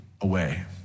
away